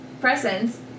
presence